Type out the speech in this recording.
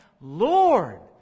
Lord